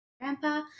grandpa